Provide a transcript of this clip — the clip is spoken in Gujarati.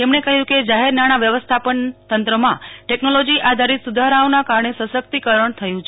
તેમણે કહ્યું કે જાહેર નાણાં વ્યવસ્થા ન તંત્રમાં ટેકનોલોજી આધારીત સુધારાઓના કારણે સશકિતકરણ થયું છે